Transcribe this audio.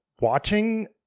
watching